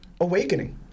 awakening